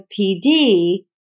PD